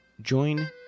join